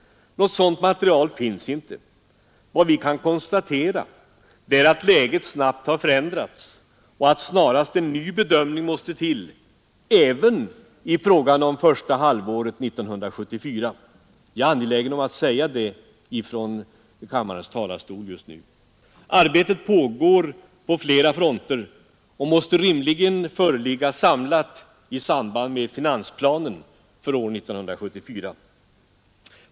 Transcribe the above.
Något sådant material finns inte. Vad vi kan konstatera är att läget snabbt har förändrats och att snarast en ny bedömning måste till — även i fråga om första halvåret 1974. Jag är angelägen om att säga det från kammarens talarstol just nu. Arbetet pågår på flera fronter och måste rimligen föreligga samlat i samband med finansplanen för år 1974.